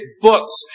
books